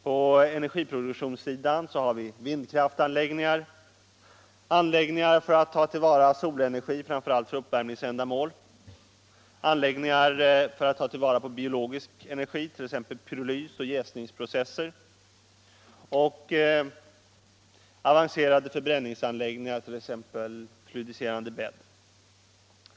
På energiproduktionssidan har vi: vindkraftsanläggningar, anläggningar för att ta till vara solenergi — framför allt för uppvärmningsändamål — anläggningar för att ta till vara biologisk energi — t.ex. pyrolys och jäsningsprocesser — och avancerade förbränningsanläggningar, t.ex. med fluidiserande bädd.